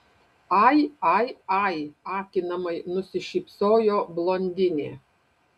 ai ai ai akinamai nusišypsojo blondinė